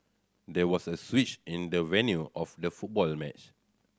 there was a switch in the venue of the football match